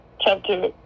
chapter